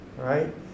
Right